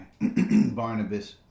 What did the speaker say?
Barnabas